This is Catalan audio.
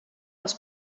els